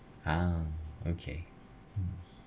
ah okay mm